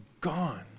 gone